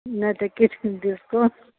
नहि तऽ किछु डिस्काउंट